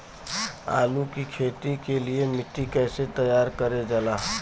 आलू की खेती के लिए मिट्टी कैसे तैयार करें जाला?